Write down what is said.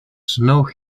snow